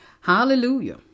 Hallelujah